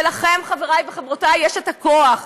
ולכם, חבריי וחברותיי, יש כוח.